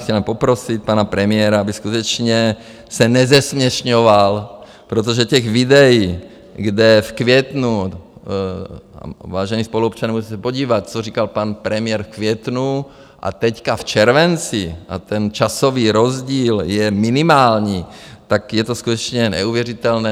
Chtěl bych poprosit pana premiéra, aby skutečně se nezesměšňoval, protože těch videí, kde v květnu vážení spoluobčané, musím se podívat, co říkal pan premiér v květnu a teďka v červenci, a ten časový rozdíl je minimální, tak je to skutečně neuvěřitelné.